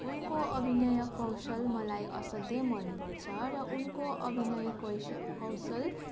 उनको अभिनय कौशल मलाई असाध्यै मनपर्छ र उनको अभिनय कोइस कौशल